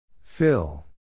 Phil